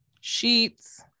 Sheets